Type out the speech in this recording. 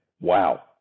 Wow